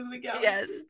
Yes